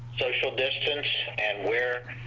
social and wear.